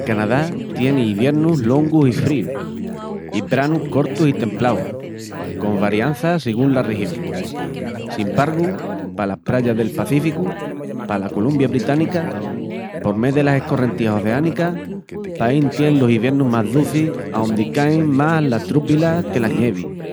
Canadá tieni iviernus longus i fríus, i branus cortus i templaus, con varianças sigún la región. Sin bargu palas prayas del Pacíficu, pala Columbia Británica, por mé delas escorrentías oceánicas, paí tien los iviernus más ducis aondi caín más las trúbilas que las ñevis.